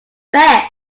best